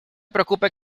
preocupe